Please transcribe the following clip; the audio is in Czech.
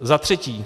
Za třetí.